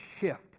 shift